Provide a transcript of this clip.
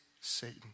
Satan